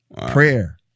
prayer